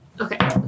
Okay